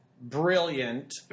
Brilliant